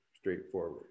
straightforward